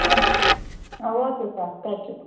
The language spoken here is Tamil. ah okay sir thank you